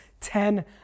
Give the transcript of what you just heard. ten